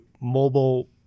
mobile